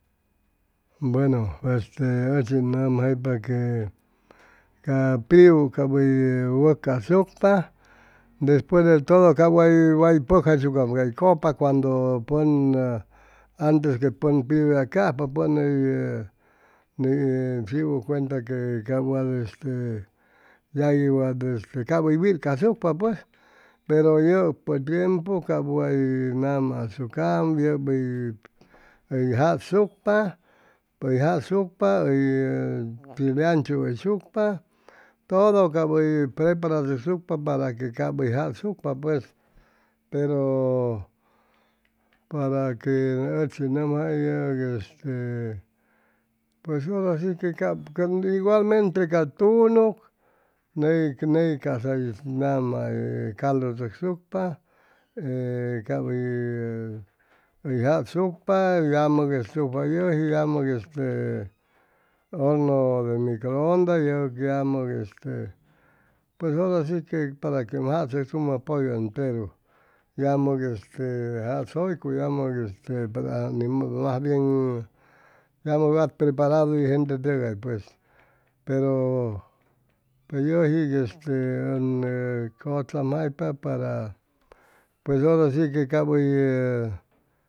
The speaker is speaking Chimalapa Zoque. Bueno este ʉchi nʉmjaypa que ca piu cap hʉy wʉtcasucpa despues de todo cap way way pʉcjayshucam cay cʉpak cuando pʉn antes que pʉn piu yacajpa pʉn hʉy ni chiwʉ cuenta que cap wat este yagui wat este cap hʉy wincasucpa pues pero yʉpʉ tiempu cap wat hʉy nama asucaam yʉp hʉy jasucpa hʉy jasucpa hʉy hʉy chimeanchu hʉyshucpa todo cap hʉy preparachʉcsucpa para que cap hʉy jasucpa pues pero para que ʉchi ʉn nʉmjayʉ este pues ora si que cap iguammente ca tunug ney ney ca'sa nama hʉy caldu chʉcsucpa cap hʉy jasucpa yamʉg estufa yeji yamʉg este horno de microonda yʉg yamʉg este pues ora shi que para quem jasʉ tumʉ pollo enteru yamʉg este jasʉycuy yamʉg este yamʉ wat preparadu ye gente tʉgay pues pero pe yʉjig este ʉn cʉchamjaypa pues ora si que que cap